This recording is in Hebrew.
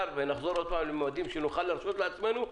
ונחזור עוד פעם למועדים שנוכל להרשות לעצמנו.